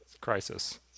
Crisis